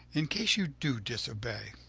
in case you do disobey,